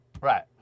Right